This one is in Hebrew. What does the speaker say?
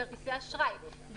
כרטיסי אשראי,